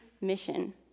mission